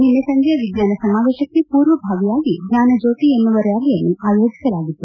ನಿನ್ನೆ ಸಂಜೆ ವಿಜ್ಞಾನ ಸಮಾವೇಶಕ್ಕೆ ಪೂರ್ವಭಾವಿಯಾಗಿ ಜ್ಞಾನ ಜ್ಯೋತಿ ಎನ್ನುವ ರ್್ಯಾಲಿಯನ್ನು ಆಯೋಜಿಸಲಾಗಿತ್ತು